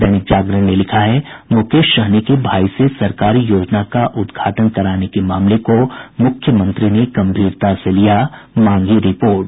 दैनिक जागरण ने लिखा है मुकेश सहनी के भाई से सरकारी योजना का उद्घाटन कराने के मामले को मुख्यमंत्री ने गम्भीरता से लिया मांगी रिपोर्ट